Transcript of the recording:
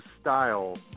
style